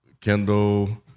Kendall